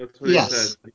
Yes